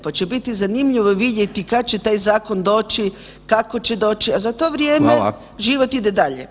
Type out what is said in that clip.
Pa će biti zanimljivo vidjeti kad će taj zakon doći, kako će doći, a za to vrijeme [[Upadica: Hvala.]] život ide dalje.